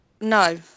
No